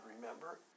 remember